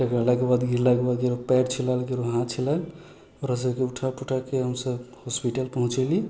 टकरेलाके बाद गिरलाके बाद केकरो पयर छिलैले केकरो हाथ छिलैले ओकरा सबके उठा पुठाके हमसब हॉस्पिटल पहुँचेली